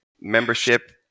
membership